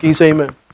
amen